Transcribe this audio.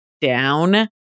down